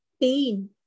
pain